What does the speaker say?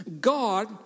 God